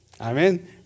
Amen